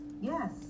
Yes